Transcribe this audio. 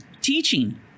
teaching